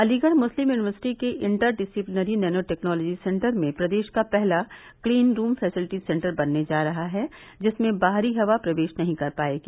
अलीगढ़ मुस्लिम university के inter disciplinary nano technology centre में प्रदेश का पहला क्लीन रूम फेसिलिटी सेंटर बनने जा रहा है जिसमें बाहरी हवा प्रवेश नहीं कर पाएगी